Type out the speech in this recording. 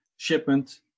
shipment